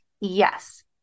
Yes